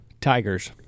Tigers